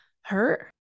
hurt